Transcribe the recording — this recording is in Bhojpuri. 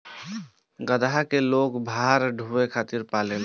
गदहा के लोग भार ढोवे खातिर पालेला